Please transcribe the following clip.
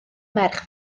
merch